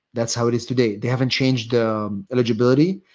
that's how it is today. they haven't changed eligibility.